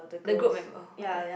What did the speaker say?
the group member what the hell